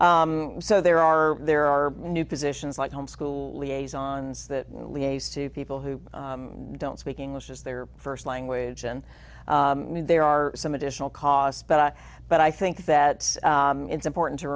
so there are there are new positions like homeschool liaison's that to people who don't speak english as their first language and there are some additional costs but but i think that it's important to